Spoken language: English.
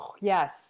yes